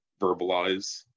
verbalize